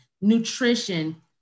nutrition